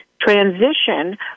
transition